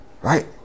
Right